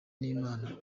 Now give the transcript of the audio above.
n’imana